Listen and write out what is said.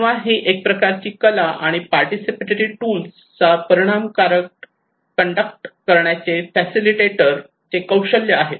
तेव्हा हे एक प्रकारची कला आणि पार्टिसिपेटरी टूल्स परिणामकारक कंडक्ट करण्याचे फॅसिलिटीटेतर चे कौशल्य आहे